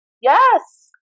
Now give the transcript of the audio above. Yes